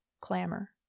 clamor